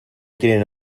tiene